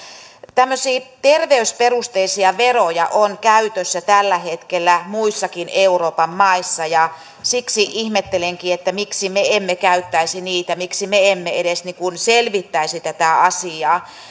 tämmöisiä terveysperusteisia veroja on käytössä tällä hetkellä muissakin euroopan maissa ja siksi ihmettelenkin miksi me emme käyttäisi niitä miksi me emme edes selvittäisi tätä asiaa